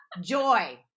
Joy